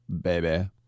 baby